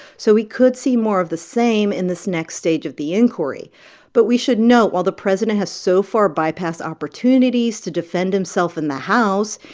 so we could see more of the same in this next stage of the inquiry but we should note, while the president has so far bypassed opportunities to defend himself in the house,